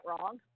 wrong